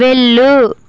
వెళ్ళు